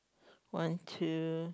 one two